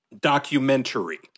documentary